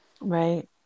Right